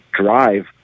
drive